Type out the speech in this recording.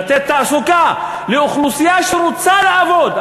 לתת תעסוקה לאוכלוסייה שרוצה לעבוד,